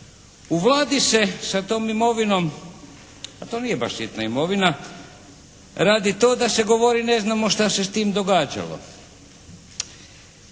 U Vladi se sa tom imovinom, a to nije baš sitna imovina radi to da se govori ne znamo šta se s tim događalo.